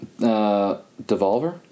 Devolver